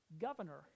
governor